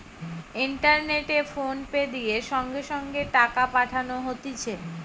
ইন্টারনেটে ফোনপে দিয়ে সঙ্গে সঙ্গে টাকা পাঠানো হতিছে